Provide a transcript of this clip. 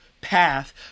path